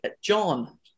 John